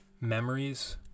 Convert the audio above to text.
memories